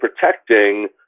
protecting